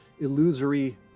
illusory